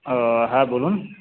হ্যাঁ বলুন